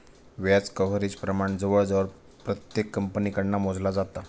व्याज कव्हरेज प्रमाण जवळजवळ प्रत्येक कंपनीकडना मोजला जाता